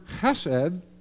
chesed